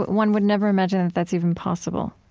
one would never imagine that's even possible